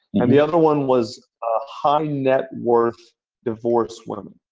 and the other one was high net worth divorced women.